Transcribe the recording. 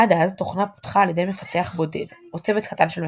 עד אז תוכנה פותחה על ידי מפתח בודד או צוות קטן של מפתחים.